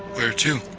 where to?